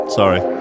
sorry